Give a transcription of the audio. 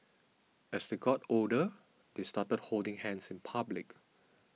as they got older they started holding hands in public